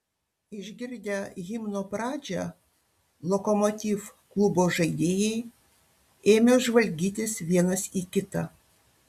išgirdę himno pradžią lokomotiv klubo žaidėjai ėmė žvalgytis vienas į kitą